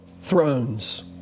thrones